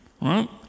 right